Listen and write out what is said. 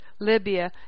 Libya